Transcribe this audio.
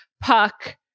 Puck